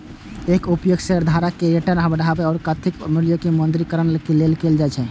एकर उपयोग शेयरधारक के रिटर्न बढ़ाबै आ कथित उद्यम मूल्य के मौद्रीकरण लेल कैल जाइ छै